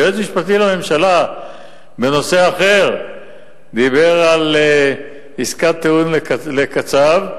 יועץ משפטי לממשלה דיבר בנושא אחר על עסקת טיעון לקצב,